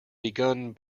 begun